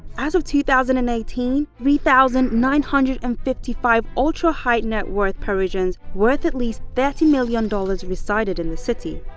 as of two thousand and eighteen, three thousand nine hundred and fifty five ultra high net worth parisians worth at least thirty million dollars resided in the city.